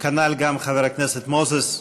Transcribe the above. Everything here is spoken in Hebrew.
כנ"ל חבר הכנסת מוזס.